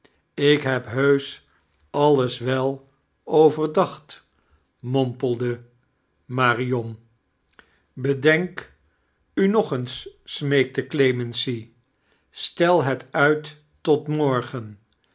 ik heb heusch alles wel overdacht mompelde marion bedenk u nog eens smeekte clemency stel het uit tot morgen